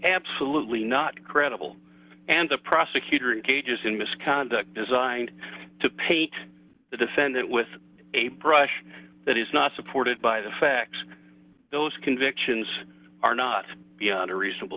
absolutely not credible and the prosecutor engages in misconduct designed to paint the defendant with a brush that is not supported by the facts and those convictions are not beyond a reasonable